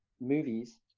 movies